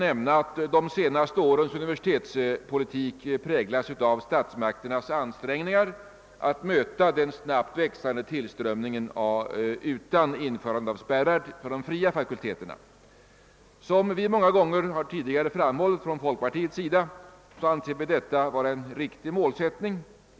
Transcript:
De senaste årens universitetspolitik präglas av statsmakternas ansträngningar att möta den snabbt växande tillströmningen utan införande av spärrar till de fria fakulteterna. Som vi många gånger tidigare har framhållit anser vi inom folkpartiet detta vara en riktig målsättning.